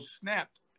snapped